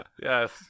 Yes